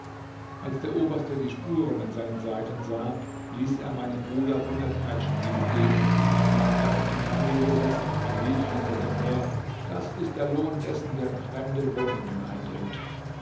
als der oberste die spuren an seinen seiten sah ließ er meinem bruder hundert peitschenhiebe geben dann ward er auf ein kamel gesetzt und man rief hinter ihm her das ist der lohn dessen der in fremde wohnungen eindringt